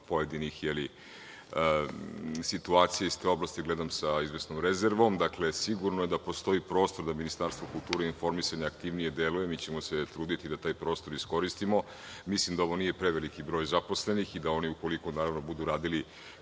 pojedinih situacija i strogosti gledam sa izvesnom rezervom. Dakle, sigurno je da postoji prostor da Ministarstvo kulture i informisanja aktivnije deluje. Mi ćemo se truditi da taj prostor iskoristimo. Mislim da ovo nije preveliki broj zaposlenih i da oni, ukoliko budu radili